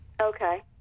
Okay